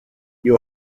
you